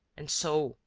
and so,